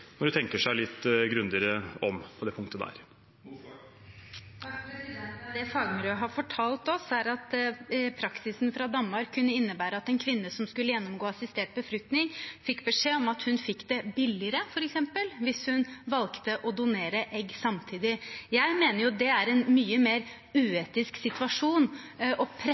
når de tenker seg litt grundigere om på det punktet. Det som fagmiljøet har fortalt oss, er at praksisen fra Danmark kunne innebære at en kvinne som skulle gjennomgå assistert befruktning, fikk beskjed om at hun fikk det billigere hvis hun valgte å donere egg samtidig. Jeg mener det er en mye mer uetisk situasjon og